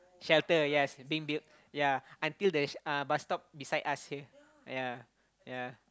shelter yes being built ya until the uh bus stop beside us here ya ya